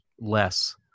less